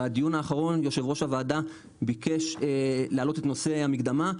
בדיון האחרון יו"ר הוועדה ביקש לעלות את נושא המקדמה,